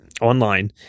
online